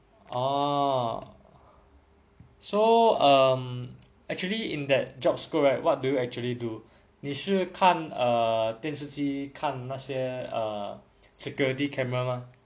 orh so um actually in that job scope right what do you actually do 你是看电视机看那些 err security camera 吗